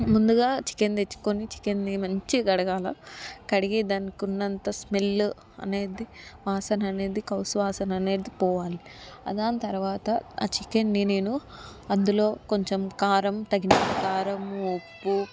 ముందుగా చికెన్ తెచ్చుకొని చికెన్ని మంచ్చిగ కడగాలి కడిగి దానికున్ స్మెల్ అనేది వాసన అనేది కౌసువాసననేది పోవాలి దాని తర్వాత ఆ చికెన్ని నేను అందులో కొంచెం కారం తగినంత కారము ఉప్పు పసుపు పెరుగు